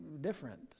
different